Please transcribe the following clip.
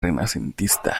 renacentista